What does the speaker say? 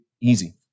easy